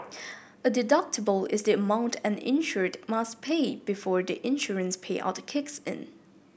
a deductible is the amount an insured must pay before the insurance payout the kicks in